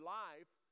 life